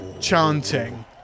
chanting